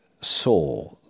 saw